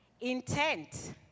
intent